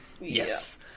Yes